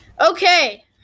Okay